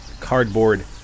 cardboard